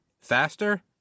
faster